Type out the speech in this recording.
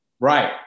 Right